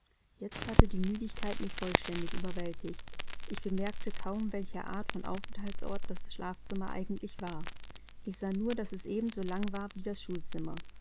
jetzt hatte die müdigkeit mich vollständig überwältigt ich bemerkte kaum welche art von aufenthaltsort das schlafzimmer eigentlich war ich sah nur daß es ebenso lang war wie das schulzimmer